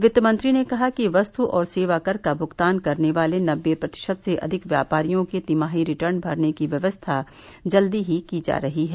वित्तमंत्री ने कहा कि वस्त् और सेवा कर का भूगतान करने वाले नब्बे प्रतिशत से अधिक व्यापारियों के तिमाही रिटर्न भरने की व्यवस्था जल्दी ही की जा रही है